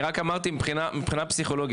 אני רק אמרתי מבחינה פסיכולוגית,